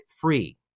free